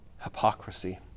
Hypocrisy